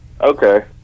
Okay